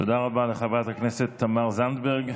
תודה רבה לחברת הכנסת תמר זנדברג.